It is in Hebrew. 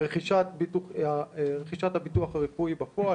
רכישת הביטוח הרפואי בפועל,